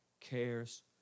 Cares